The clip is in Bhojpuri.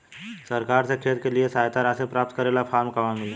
सरकार से खेत के लिए सहायता राशि प्राप्त करे ला फार्म कहवा मिली?